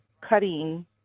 cutting